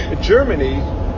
Germany